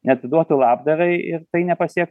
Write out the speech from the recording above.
neatiduotų labdarai ir tai nepasiek